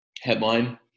headline